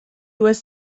was